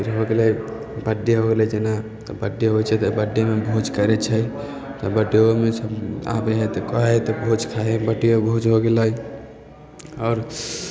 फेर भऽ गेलै बर्थडे हो गेलै जेना तऽ बर्थडे होइ छै तऽ बर्थडेमे भोज करै छै तऽ बर्थडेयोमे सब आबै है तऽ कहै है तऽ भोज खाइ है बर्थडेयो भोज हो गेलै आओर